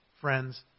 Friends